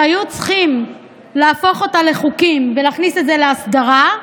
שהיו צריכים להפוך אותה לחוקים ולהכניס את זה להסדרה,